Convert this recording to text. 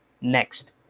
next